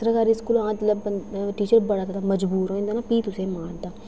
सरकारी स्कूल हां जेल्लै टीचर बड़ा मता मजबूर होई जंदा फ्ही तुसेंगी मारदा